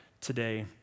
today